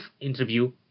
interview